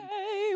Hey